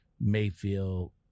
Mayfield